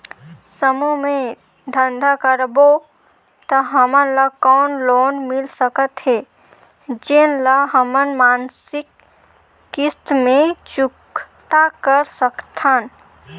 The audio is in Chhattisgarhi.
समूह मे धंधा करबो त हमन ल कौन लोन मिल सकत हे, जेन ल हमन मासिक किस्त मे चुकता कर सकथन?